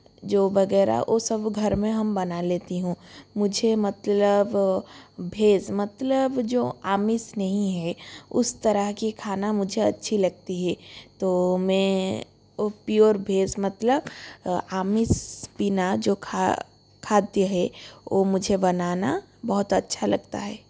जो वग़ैरह वो सब हम घर में हम बना लेती हूँ मुझे मतलब भेज मतलब जो आमिस नहीं है उस तरह के खाने मुझे अच्छे लगते है तो मैं वो पिओर भेज मतलब आमिस पीना जो खा खाद्य है वो मुझे बनाना बहुत अच्छा लगता है